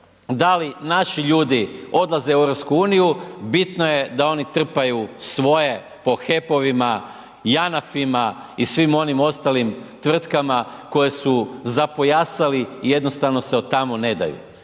da li naši ljudi odlaze u EU, bitno je da oni trpaju svoje po HEP-ovima, JANAF-ima i svim onim ostalim tvrtkama koje su zapojasali i jednostavno se od tamo ne daju.